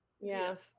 Yes